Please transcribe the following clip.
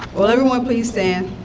will everyone please stand.